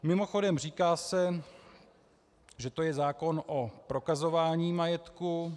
Mimochodem, říká se, že to je zákon o prokazování majetku.